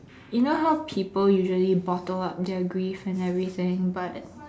you know how people usually bottle up their grief and everything but